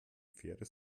pferde